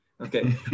okay